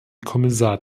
kommissar